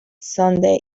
sunday